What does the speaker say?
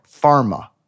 Pharma